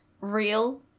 real